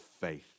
faith